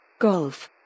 Golf